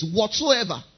Whatsoever